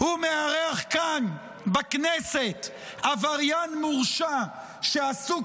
הוא מארח כאן בכנסת עבריין מורשע שעסוק